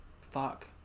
fuck